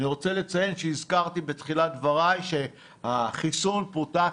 אני רוצה להזכיר שבתחילת דבריי אמרתי שהחיסון פותח